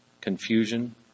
confusion